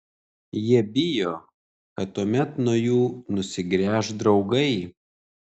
jie bijo kad tuomet nuo jų nusigręš draugai